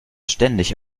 ständig